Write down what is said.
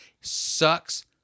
sucks